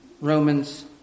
Romans